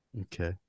Okay